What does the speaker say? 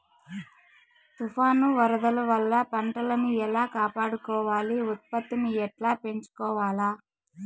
తుఫాను, వరదల వల్ల పంటలని ఎలా కాపాడుకోవాలి, ఉత్పత్తిని ఎట్లా పెంచుకోవాల?